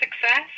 success